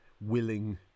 willing